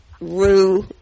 Rue